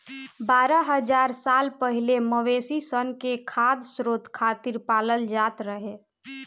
बारह हज़ार साल पहिले मवेशी सन के खाद्य स्रोत खातिर पालल जात रहे